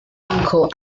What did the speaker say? uncle